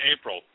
April